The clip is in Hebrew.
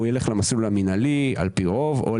הוא ילך למסלול המינהלי על פי רוב או